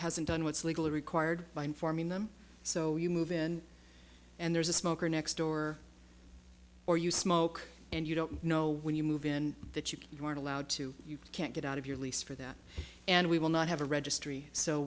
hasn't done what's legally required by informing them so you move in and there's a smoker next door or you smoke and you don't know when you move in that you weren't allowed to you can't get out of your lease for that and we will not have a registry so